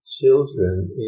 children